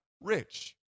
rich